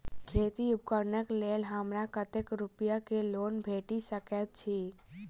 खेती उपकरण केँ लेल हमरा कतेक रूपया केँ लोन भेटि सकैत अछि?